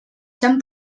s’han